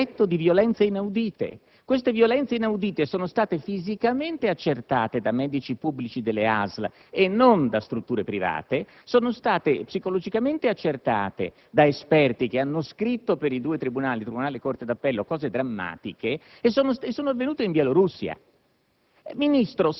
Una sola bambina risulta essere stata oggetto di violenze inaudite. Tali violenze sono state fisicamente accertate da medici pubblici delle ASL e non da strutture private. Sono state psicologicamente accertate da esperti che hanno scritto per i due tribunali (tribunale e corte d'appello)